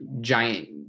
giant